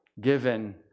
given